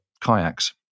Kayaks